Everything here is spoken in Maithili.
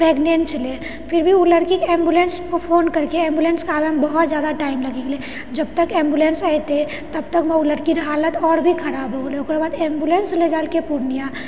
प्रेगनेन्ट छलै फिर भी ओ लड़कीके एम्बुलेन्सके फोन करिके एम्बुलेन्सके आबैमे बहुत जादा टाइम लागि गेलै जबतक एम्बुलेन्स एतै तबतकमे ओ लड़कीके हालत आओर भी खराब हो गेलै ओकर बाद एम्बुलेन्स ले जाइलकेै पूर्णिया